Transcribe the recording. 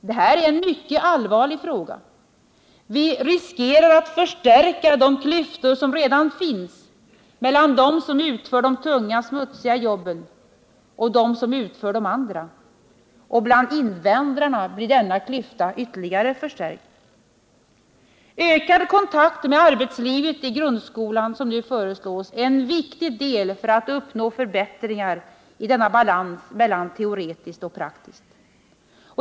Detta är en mycket allvarlig fråga. Vi riskerar att förstärka de klyftor som redan finns mellan dem som utför de tunga, smutsiga jobben och dem som utför andra. Bland invandrarna blir denna klyfta ytterligare förstärkt. Den ökade kontakt med arbetslivet i grundskolan som nu föreslås är en viktig del för att uppnå förbättringar i denna balans mellan teoretiskt och praktiskt.